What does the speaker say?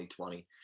2020